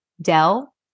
Dell